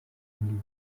mille